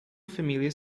família